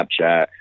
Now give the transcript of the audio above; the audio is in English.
Snapchat